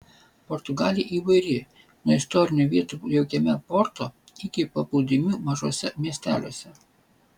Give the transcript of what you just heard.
portugalija įvairi nuo istorinių vietų jaukiajame porto iki paplūdimių mažuose miesteliuose